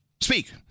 Speak